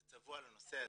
זה צבוע לנושא הזה.